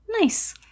Nice